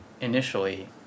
initially